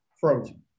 frozen